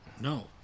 No